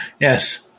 Yes